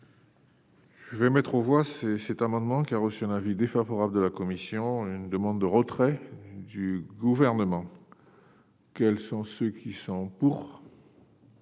Je vais mettre aux voix, c'est cet amendement qui a reçu un avis défavorable de la commission, une demande de retrait du gouvernement. Quels sont ceux qui sont pour.